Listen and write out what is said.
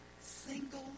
single